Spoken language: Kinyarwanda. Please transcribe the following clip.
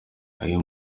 ayo